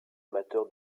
amateur